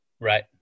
Right